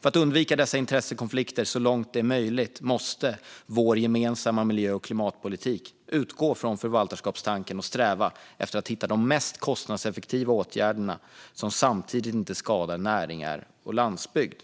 För att undvika dessa intressekonflikter så långt det är möjligt måste vår gemensamma miljö och klimatpolitik utgå från förvaltarskapstanken och sträva efter att hitta de mest kostnadseffektiva åtgärderna som samtidigt inte skadar näringar och landsbygd.